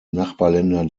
nachbarländer